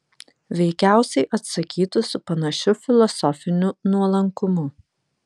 veikiausiai atsakytų su panašiu filosofiniu nuolankumu